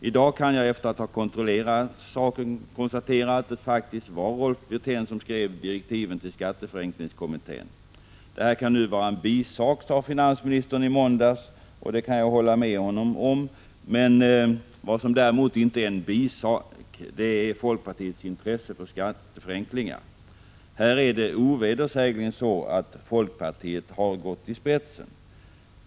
I dag kan jag, efter att ha kontrollerat saken, konstatera att det faktiskt var Rolf Wirtén som skrev direktiven till skatteförenklingskommittén. Det här kan ju vara en bisak, sade finansministern i måndags. Det kan jag hålla med honom om. Vad som däremot inte är en bisak är folkpartiets intresse för skatteförenklingar. Här har folkpartiet ovedersägligen gått i spetsen.